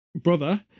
brother